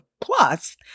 plus